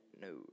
No